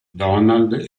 donald